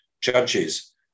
judges